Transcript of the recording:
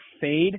fade